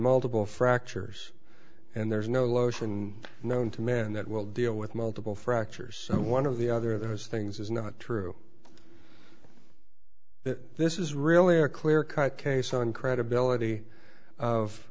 multiple fractures and there's no lotion known to man that will deal with multiple fractures and one of the other of those things is not true that this is really a clear cut case on credibility of